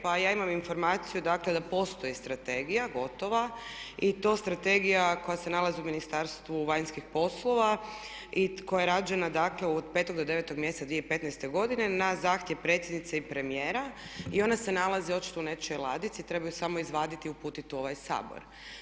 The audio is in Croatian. Pa ja imam informaciju dakle da postoji Strategija gotova i to Strategija koja se nalazi u Ministarstvu vanjskih poslova i koja je rađena dakle od 5. do 9. mjeseca 2015. godine na zahtjev predsjednice i premijera i ona se nalazi očito u nečijoj ladici, treba ju samo izvaditi i uputiti u ovaj Sabor.